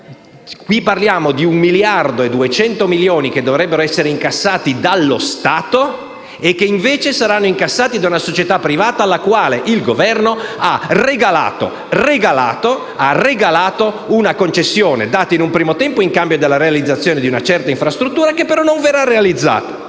qui parliamo di un miliardo e 200 milioni che dovrebbero essere incassati dallo Stato e che invece saranno incassati da una società privata alla quale il Governo ha regalato, regalato, regalato una concessione data in un primo tempo in cambio della realizzazione di una certa infrastruttura che però non verrà realizzata.